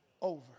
over